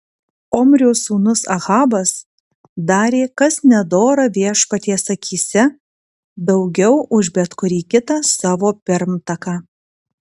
omrio sūnus ahabas darė kas nedora viešpaties akyse daugiau už bet kurį kitą savo pirmtaką